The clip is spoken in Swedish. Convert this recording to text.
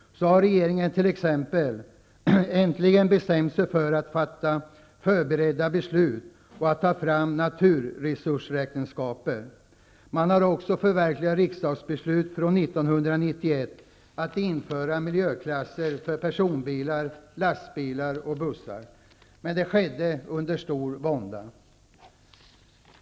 Så har regeringen äntligen bestämt sig för att fatta förberedande beslut om att ta fram naturresursräkenskaper. Man har också förverkligat riksdagsbeslutet från 1991 om att införa miljöklasser för personbilar, lastbilar och bussar, men detta skedde under stor vånda.